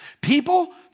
People